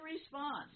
response